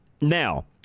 Now